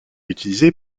utilisé